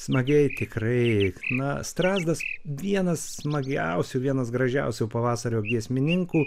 smagiai tikrai na strazdas vienas smagiausių vienas gražiausių pavasario giesmininkų